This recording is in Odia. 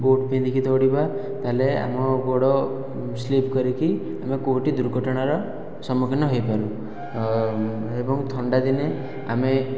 ବୁଟ୍ ପିନ୍ଧିକି ଦୌଡ଼ିବା ତା'ହେଲେ ଆମ ଗୋଡ଼ ସ୍ଲିପ କରିକି ଆମେ କେଉଁଠି ଦୁର୍ଘଟଣାର ସମ୍ମୁଖୀନ ହୋଇପାରୁ ଏବଂ ଥଣ୍ଡା ଦିନେ ଆମେ